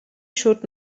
should